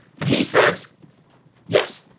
and he said yes,